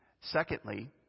Secondly